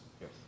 Yes